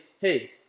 hey